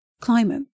climate